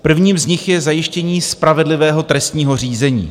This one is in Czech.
Prvním z nich je zajištění spravedlivého trestního řízení.